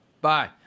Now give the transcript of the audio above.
Bye